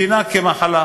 דינה כמחלה.